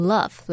Love